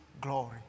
glory